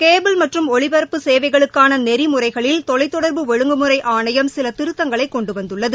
cable மற்றும் ஒலிப்பரப்பு சேவைகளுக்கான நெறிமுறைகளில் தொலைதொடர்பு ஒழுங்கு முறை ஆணையம் சில திருத்தங்களை கொண்டுவந்துள்ளது